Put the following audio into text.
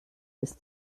bis